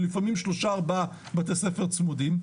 ולפעמים שלושה ארבעה בתי-ספר צמודים,